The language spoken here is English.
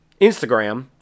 Instagram